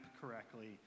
correctly